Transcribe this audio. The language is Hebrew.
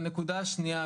והנקודה השניה,